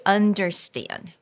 understand